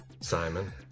Simon